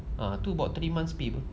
ah two about three months pay